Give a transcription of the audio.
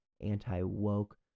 anti-woke